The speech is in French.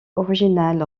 originale